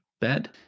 bed